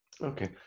okay